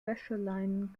wäscheleinen